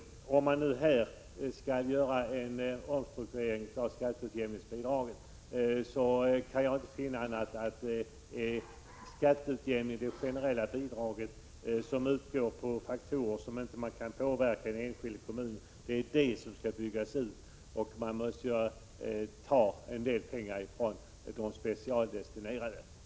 Om man vill göra en omstrukturering av skatteutjämningsbidragen kan jag inte finna annat än att det är det generella bidraget, som utgår på grundval av faktorer som inte kan påverkas i den enskilda kommunen, som skall byggas ut. Man måste ta en del av de specialdestinerade pengarna.